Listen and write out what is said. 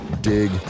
dig